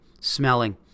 smelling